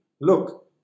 look